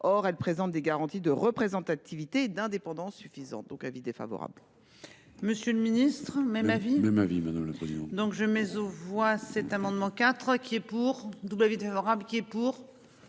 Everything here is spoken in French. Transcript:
Or, elle présente des garanties de représentativité d'indépendance suffisante, donc avis défavorable.